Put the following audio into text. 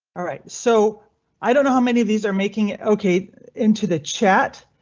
alright, so i don't know how many of these are making it ok into the chat.